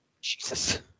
Jesus